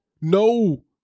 No